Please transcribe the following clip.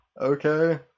Okay